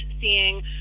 seeing